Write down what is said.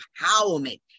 empowerment